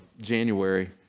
January